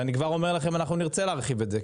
ואני כבר אומר לכם שנרצה להרחיב את זה,